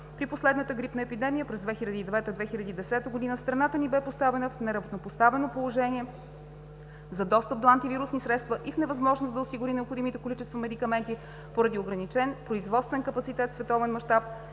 При последната грипна епидемия през 2009 – 2010 г. страната ни бе поставена в неравнопоставено положение за достъп до антивирусни средства и в невъзможност да осигури необходимите количества медикаменти поради ограничен производствен капацитет в световен мащаб,